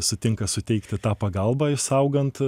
sutinka suteikti tą pagalbą išsaugant